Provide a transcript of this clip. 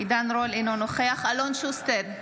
אינו נוכח אלון שוסטר,